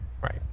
right